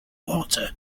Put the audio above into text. water